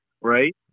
right